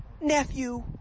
nephew